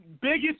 biggest